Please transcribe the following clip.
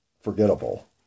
forgettable